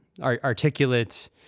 articulate